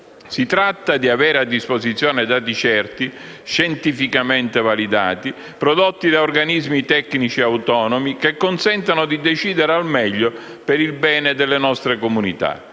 Si tratta di avere a disposizione dati certi, scientificamente validati, prodotti da organismi tecnici autonomi, che consentano di decidere al meglio per il bene delle nostre comunità.